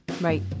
Right